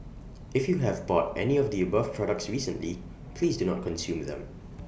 if you have bought any of the above products recently please do not consume them